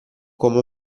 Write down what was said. come